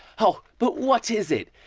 oh, but what is it?